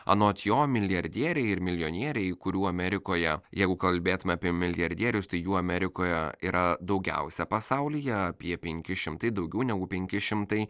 anot jo milijardieriai ir milijonieriai kurių amerikoje jeigu kalbėtume apie milijardierius tai jų amerikoje yra daugiausia pasaulyje apie penki šimtai daugiau negu penki šimtai